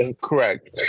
Correct